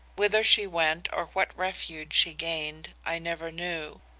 whither she went or what refuge she gained, i never knew.